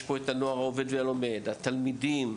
כמו ׳הנוער העובד, כמו מועצת התלמידים,